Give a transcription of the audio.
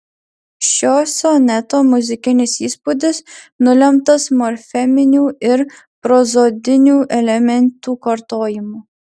šio soneto muzikinis įspūdis nulemtas morfeminių ir prozodinių elementų kartojimu